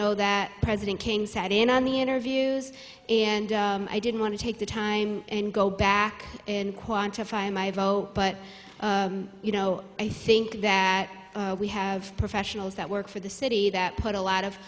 know that president king sat in on the interviews and i didn't want to take the time and go back and quantify it but you know i think that we have professionals that work for the city that put a lot of